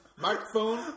microphone